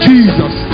Jesus